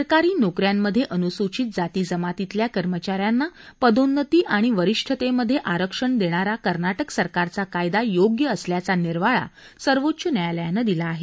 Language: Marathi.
सरकारी नोकऱ्यांमध्ये अनुसूचित जाती जमातीतल्या कर्मचाऱ्यांना पदोन्नती आणि वरिष्ठतेमध्ये आरक्षण देणारा कर्नाटक सरकारचा कायदा योग्य असल्याचा निर्वाळा सर्वोच्च न्यायालयानं दिला आहे